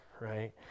right